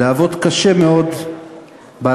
לעבוד קשה מאוד בהסברה,